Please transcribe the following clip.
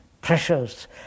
pressures